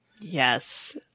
Yes